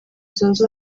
zunze